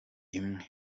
imwe